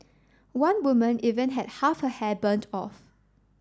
one woman even had half her hair burned off